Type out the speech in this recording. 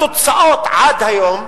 התוצאות עד היום,